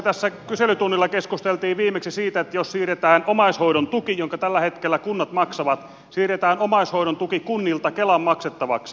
tässä kyselytunnilla keskusteltiin viimeksi siitä että jos siirretään omaishoidon tuki jonka tällä hetkellä kunnat maksavat kunnilta kelan maksettavaksi